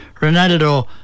Ronaldo